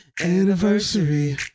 Anniversary